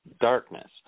darkness